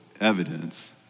evidence